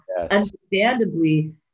understandably